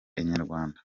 inyarwanda